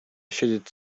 siedzieć